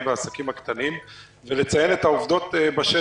והעסקים הקטנים ולציין את העובדות בשטח.